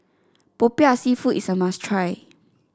Popiah seafood is a must try